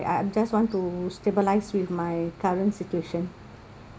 I just want to stabilize with my current situation